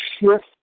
shift